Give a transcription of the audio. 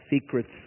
secrets